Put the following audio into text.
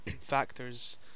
factors